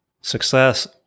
success